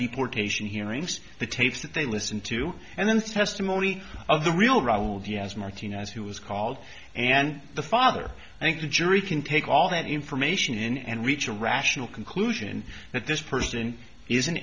deportation hearings the tapes that they listen to and then the testimony of the real royal diaz martinez who was called and the father i think the jury can take all that information in and reach a rational conclusion that this person is an